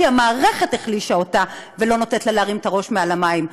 כי המערכת החלישה אותה ולא נותנת לה להרים את הראש מעל למים.